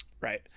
Right